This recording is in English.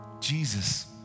Jesus